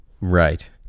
Right